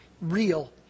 real